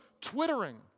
Twittering